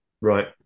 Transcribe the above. Right